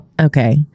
okay